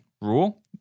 rule